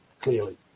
clearly